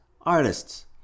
artists